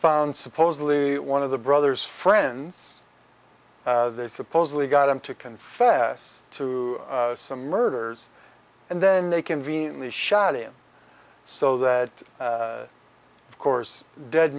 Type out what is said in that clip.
found supposedly one of the brothers friends they supposedly got him to confess to some murders and then they conveniently shot him so that of course dead